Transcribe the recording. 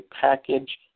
package